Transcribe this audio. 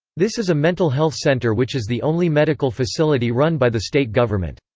this is a mental health center which is the only medical facility run by the state government.